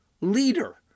leader